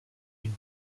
une